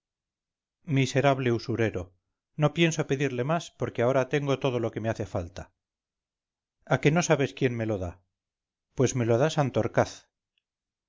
miserable usurero no pienso pedirle más porque ahora tengo todo lo que me hace falta a que no saltes quien me lo da pues me lo da santorcaz